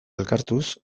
elkartuz